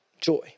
joy